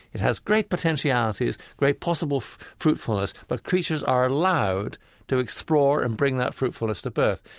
it has great potentialities, great possible fruitfulness, but creatures are allowed to explore and bring that fruitfulness to birth.